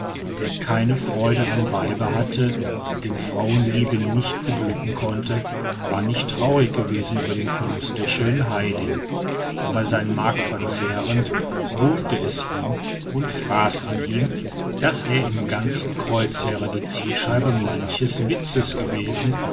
der keine freude am weibe hatte den frauenliebe nicht beglücken konnte war nicht traurig gewesen über den verlust der schönen heidin aber sein mark verzehrend wurmte es ihn und fraß es an ihm daß er im ganzen kreuzheere die zielscheibe manches witzes gewesen